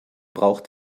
braucht